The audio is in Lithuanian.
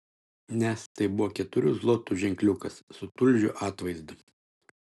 nes tai buvo keturių zlotų ženkliukas su tulžio atvaizdu